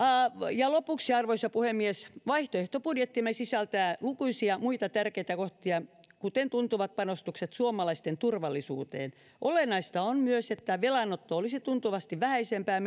ja lopuksi arvoisa puhemies vaihtoehtobudjettimme sisältää lukuisia muita tärkeitä kohtia kuten tuntuvat panostukset suomalaisten turvallisuuteen olennaista on myös että meidän vaihtoehdossamme velanotto olisi tuntuvasti vähäisempää